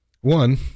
One